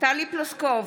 טלי פלוסקוב,